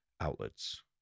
outlets